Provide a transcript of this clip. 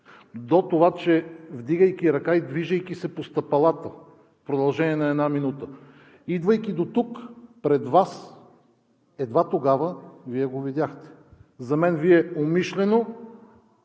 до това, че вдигайки ръка и движейки се по стъпалата в продължение на една минута, идвайки тук пред Вас, едва тогава Вие го видяхте. На всички свои